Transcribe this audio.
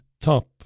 top